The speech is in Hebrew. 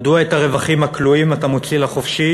מדוע את הרווחים הכלואים אתה מוציא לחופשי